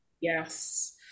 Yes